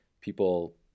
people